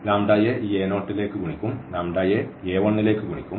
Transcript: ലാംഡയെ ഈ a0 ലേക്ക് ഗുണിക്കും ലാംഡയെ a1 ലേക്ക് ഗുണിക്കും